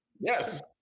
yes